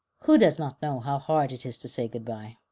who does not know how hard it is to say good-bye?